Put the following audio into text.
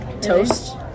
toast